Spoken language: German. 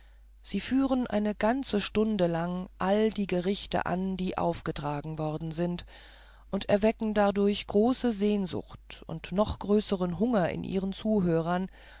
sie führen eine ganze stunde lang all die gerichte an die aufgetragen worden sind und erwecken dadurch große sehnsucht und noch größeren hunger in ihren zuhörern